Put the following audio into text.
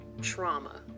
trauma